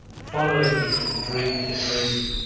following me from dream to dream.